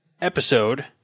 episode